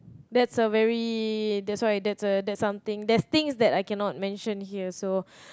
that's a very that's why that's why that's something there's things that I cannot mention here so